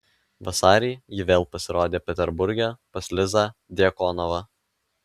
vasarį ji vėl pasirodė peterburge pas lizą djakonovą